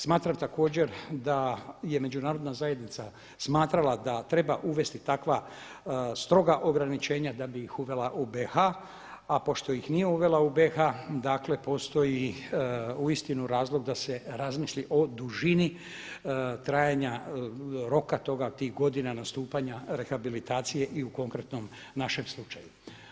Smatram također da je međunarodna zajednica smatrala da treba uvesti takva stroga ograničenja da bi ih uvela u BiH-a, a pošto ih nije uvela u BiH-a dakle postoji uistinu razlog da se razmisli o dužini trajanja roka toga, tih godina, nastupanja rehabilitacije i u konkretnom našem slučaju.